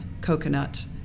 coconut